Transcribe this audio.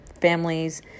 families